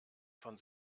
von